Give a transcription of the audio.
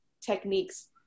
techniques